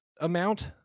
amount